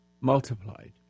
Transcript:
multiplied